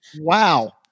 wow